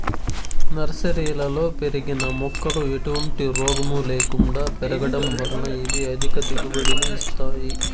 నర్సరీలలో పెరిగిన మొక్కలు ఎటువంటి రోగము లేకుండా పెరగడం వలన ఇవి అధిక దిగుబడిని ఇస్తాయి